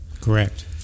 Correct